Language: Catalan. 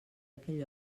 aquell